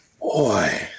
Boy